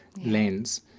lens